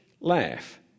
laugh